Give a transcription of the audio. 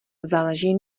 záleží